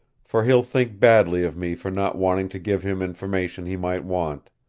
for he'll think badly of me for not waiting to give him information he might want.